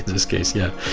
this case, yeah.